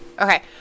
Okay